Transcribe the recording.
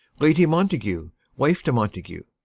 lady montague, wife to montague.